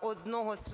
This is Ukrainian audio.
одного з